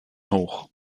hoch